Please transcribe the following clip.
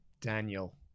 Daniel